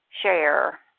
share